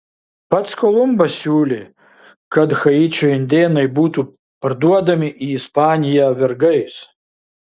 pats kolumbas siūlė kad haičio indėnai būtų parduodami į ispaniją vergais